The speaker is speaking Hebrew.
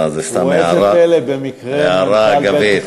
סתם, הערה אגבית.